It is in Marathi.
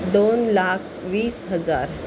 दोन लाख वीस हजार